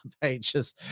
pages